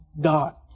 God